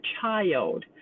child